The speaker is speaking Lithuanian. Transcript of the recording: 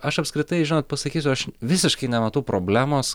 aš apskritai žinot pasakysiu aš visiškai nematau problemos